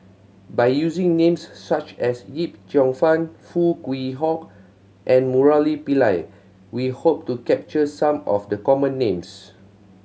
by using names such as Yip Cheong Fun Foo Kwee Horng and Murali Pillai we hope to capture some of the common names